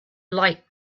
like